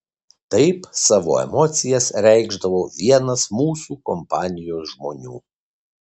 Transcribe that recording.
taip savo emocijas reikšdavo vienas mūsų kompanijos žmonių